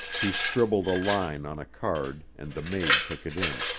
he scribbled a line on a card and the maid took it in.